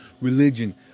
religion